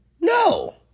no